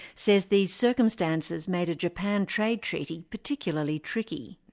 says these circumstances made a japan trade treaty particularly tricky.